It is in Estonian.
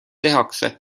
tehakse